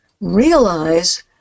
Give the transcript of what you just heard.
realize